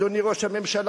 אדוני ראש הממשלה,